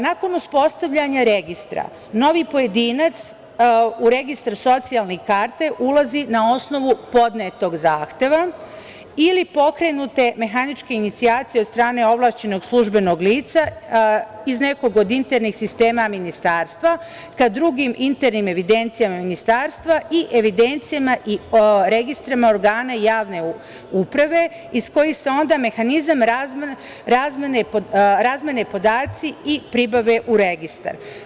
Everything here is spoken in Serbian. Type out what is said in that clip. Nakon uspostavljanja registra, novi pojedinac u registar socijalne karte ulazi na osnovu podnetog zahteva ili pokrenute mehaničke inicijacije od strane ovlašćenog službenog lica iz nekog od internih sistema ministarstva ka drugim internim evidencijama ministarstva i evidencijama i registrima organa javne uprave iz kojih se onda razmene podaci i pribave u registar.